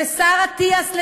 והשר לשעבר אטיאס,